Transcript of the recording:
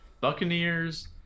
Buccaneers